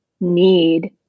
need